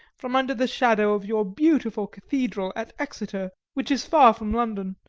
from under the shadow of your beautiful cathedral at exeter, which is far from london,